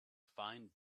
fine